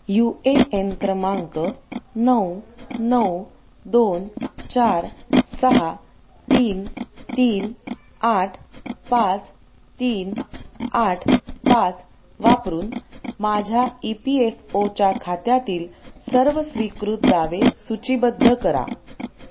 you A N क्रमांक नऊ नऊ दोन चार सहा तीन तीन आठ पाच तीन आठ पाच वापरून माझ्या ई पी एफ ओच्या खात्यातील सर्व स्वीकृत दावे सूचीबद्ध करा